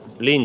eli